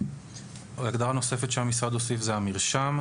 הגדרה נוספת שהמשרד הוסיף היא "המרשם"